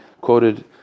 quoted